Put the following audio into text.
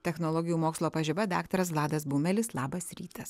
technologijų mokslo pažiba daktaras vladas bumelis labas rytas